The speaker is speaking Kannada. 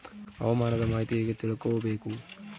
ಹವಾಮಾನದ ಮಾಹಿತಿ ಹೇಗೆ ತಿಳಕೊಬೇಕು?